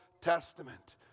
Testament